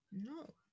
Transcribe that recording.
no